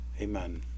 Amen